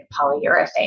polyurethane